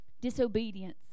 disobedience